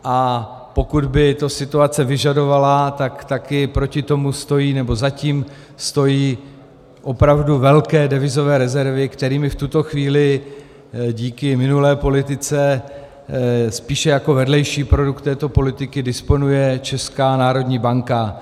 A pokud by to situace vyžadovala, tak také za tím stojí opravdu velké devizové rezervy, kterými v tuto chvíli díky minulé politice spíše jako vedlejší produkt této politiky disponuje Česká národní banka.